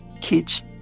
kids